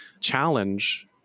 challenge